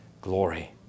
glory